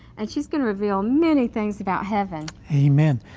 and she's going to reel many things about heaven. amen.